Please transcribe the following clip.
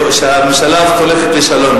הממשלה הזאת הולכת לשלום,